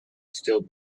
still